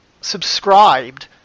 subscribed